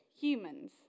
humans